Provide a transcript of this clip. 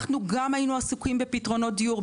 היינו עסוקים גם בפתרונות דיור,